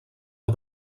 del